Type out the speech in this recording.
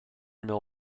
mill